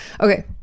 Okay